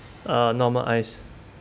uh normal ice